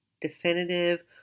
definitive